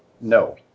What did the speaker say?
No